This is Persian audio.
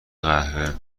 قهوه